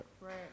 right